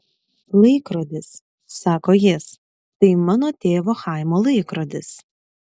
laikrodis sako jis tai mano tėvo chaimo laikrodis